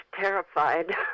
terrified